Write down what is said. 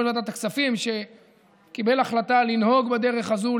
ועדת הכספים שקיבל החלטה לנהוג בדרך הזאת,